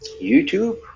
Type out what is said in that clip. YouTube